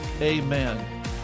Amen